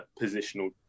positional